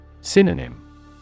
Synonym